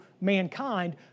mankind